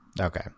Okay